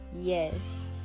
Yes